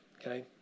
Okay